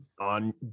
on